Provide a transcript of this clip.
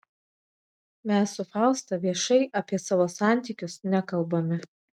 mes su fausta viešai apie savo santykius nekalbame